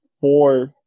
four